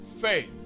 faith